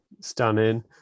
Stunning